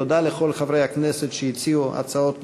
תודה לכל חברי הכנסת שהציעו הצעות לסדר-היום,